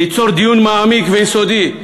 ליצור דיון מעמיק ויסודי,